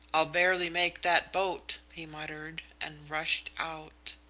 i'll barely make that boat he muttered, and rushed out.